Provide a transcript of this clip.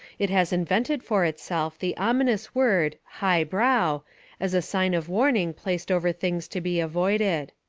it has invented for itself the ominous word high brow as a sign of warning placed over things to be avoided.